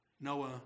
Noah